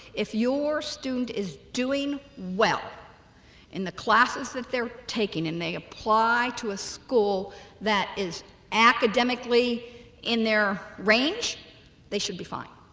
if your student is doing well in the classes that they're taking and they apply to a school that is academically in their range they should be fine.